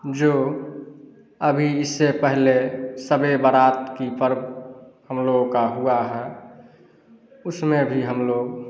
जो अभी इससे पहले शब ए बारात का पर्व हम लोगों का हुआ है उसमें भी हम लोग